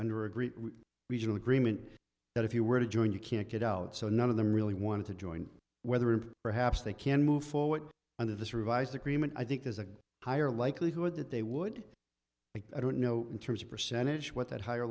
under agreed regional agreement that if you were to join you can't get out so none of them really wanted to join whether and perhaps they can move forward under this revised agreement i think there's a higher likelihood that they would i don't know in terms of percentage what that higher